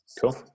Cool